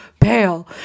pale